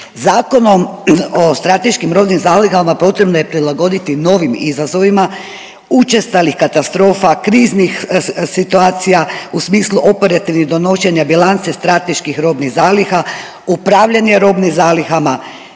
Zakonom o strateškim robnim zalihama potrebno je prilagoditi novim izazovima učestalih katastrofa, kriznih situacija u smislu operativnih donošenja bilance strateških robnih zaliha, upravljanje robnim zalihama,